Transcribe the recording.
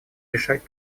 решать